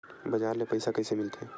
बजार ले पईसा कइसे मिलथे?